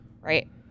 Right